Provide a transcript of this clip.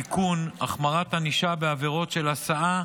הענישה בעבירות של הסעה,